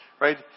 right